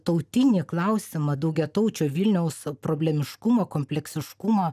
tautinį klausimą daugiataučio vilniaus problemiškumo kompleksiškumo